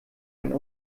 ein